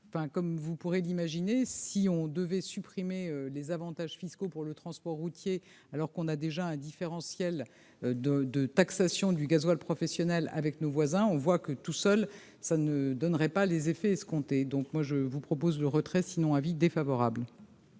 comme vous pourrez d'imaginer si on devait supprimer les avantages fiscaux pour le transport routier alors qu'on a déjà un différentiel de de taxation du gasoil professionnel avec nos voisins, on voit que tout seul, ça ne donnerait pas les effets escomptés, donc moi je vous propose le retrait sinon avis défavorable.